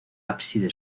ábside